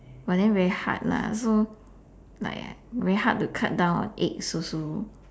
but then very hard lah so like very hard to cut down on eggs also